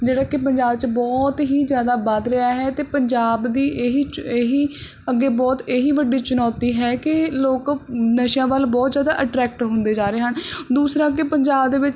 ਜਿਹੜਾ ਕਿ ਪੰਜਾਬ 'ਚ ਬਹੁਤ ਹੀ ਜ਼ਿਆਦਾ ਵੱਧ ਰਿਹਾ ਹੈ ਅਤੇ ਪੰਜਾਬ ਦੀ ਇਹੀ ਚੁ ਇਹੀ ਅੱਗੇ ਬਹੁਤ ਇਹੀ ਵੱਡੀ ਚੁਣੌਤੀ ਹੈ ਕਿ ਲੋਕ ਨਸ਼ਿਆਂ ਵੱਲ ਬਹੁਤ ਜ਼ਿਆਦਾ ਅਟਰੈਕਟ ਹੁੰਦੇ ਜਾ ਰਹੇ ਹਨ ਦੂਸਰਾ ਕਿ ਪੰਜਾਬ ਦੇ ਵਿੱਚ